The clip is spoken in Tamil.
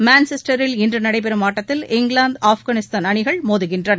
மான்செஸ்டரில் இன்று நடைபெறும் ஆட்டத்தில் இங்கிலாந்து ஆப்கானிஸ்தான் அணிகள் மோதுகின்றன